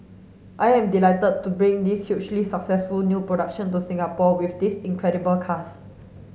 I am delighted to bring this hugely successful new production to Singapore with this incredible cast